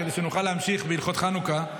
כדי שנוכל להמשיך בהלכות חנוכה.